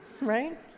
right